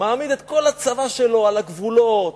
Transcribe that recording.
מעמיד את כל הצבא שלו על הגבולות,